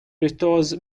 restores